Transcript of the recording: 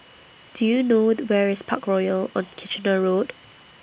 Do YOU know Where IS Parkroyal on Kitchener Road